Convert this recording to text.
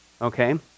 okay